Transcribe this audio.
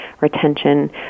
retention